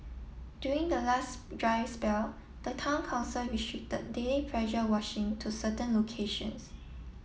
during the last dry spell the Town Council restricted daily pressure washing to certain locations